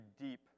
deep